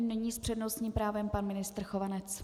Nyní s přednostním právem pan ministr Chovanec.